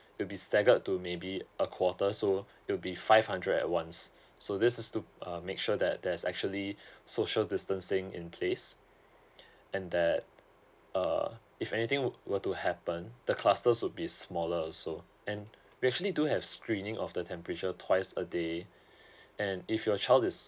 will be staggered to maybe a quarter so it will be five hundred at once so this is to um make sure that there's actually social distancing in place and that uh if anything were to happen the clusters will be smaller also and we actually do have screening of the temperature twice a day and if your child is